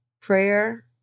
prayer